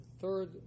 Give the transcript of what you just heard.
third